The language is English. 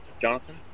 Jonathan